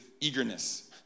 eagerness